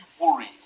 worried